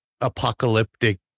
apocalyptic